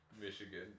Michigan